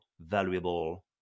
valuable